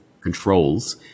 controls